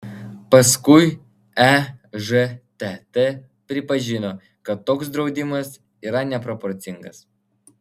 paskui ežtt pripažino kad toks draudimas yra neproporcingas